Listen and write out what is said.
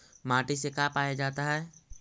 माटी से का पाया जाता है?